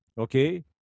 Okay